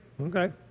Okay